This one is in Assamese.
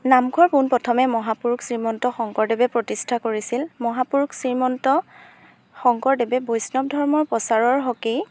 নামঘৰ পোনপ্ৰথমে মহাপুৰুষ শ্ৰীমন্ত শংকৰদেৱে প্ৰতিষ্ঠা কৰিছিল মহাপুৰুষ শ্ৰীমন্ত শংকৰদেৱে বৈষ্ণৱ ধৰ্মৰ প্ৰচাৰৰ হকেই